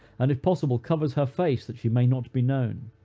and if possible, covers her face, that she may not be known.